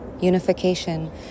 unification